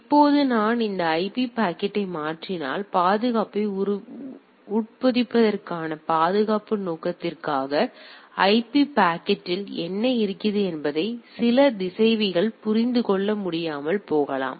இப்போது நான் இந்த ஐபி பாக்கெட்டை மாற்றினால் பாதுகாப்பை உட்பொதிப்பதற்கான பாதுகாப்பு நோக்கத்திற்காக ஐபி பாக்கெட்டில் என்ன இருக்கிறது என்பதை சில திசைவிகள் புரிந்து கொள்ள முடியாமல் போகலாம்